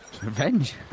Revenge